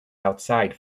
outside